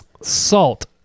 Salt